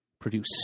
produce